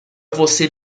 você